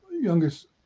youngest